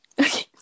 Okay